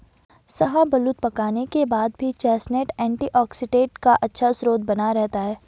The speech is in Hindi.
शाहबलूत पकाने के बाद भी चेस्टनट एंटीऑक्सीडेंट का अच्छा स्रोत बना रहता है